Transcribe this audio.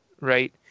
Right